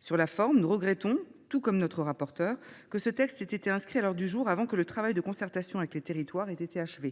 Sur la forme, nous regrettons, tout comme notre rapporteure, que ce texte ait été inscrit à l’ordre du jour avant que ne soit achevé le travail de concertation avec les territoires, ce